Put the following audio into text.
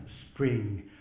spring